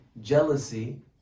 jealousy